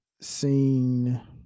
seen